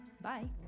Bye